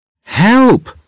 Help